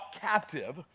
captive